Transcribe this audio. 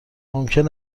ممکن